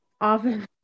often